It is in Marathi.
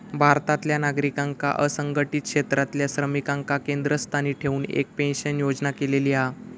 भारतातल्या नागरिकांका असंघटीत क्षेत्रातल्या श्रमिकांका केंद्रस्थानी ठेऊन एक पेंशन योजना केलेली हा